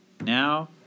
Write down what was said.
now